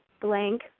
blank